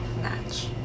match